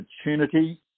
opportunity